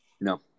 No